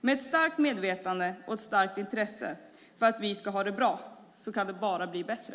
Med ett starkt medvetande och ett starkt intresse för att vi ska ha det bra kan det bara bli bättre.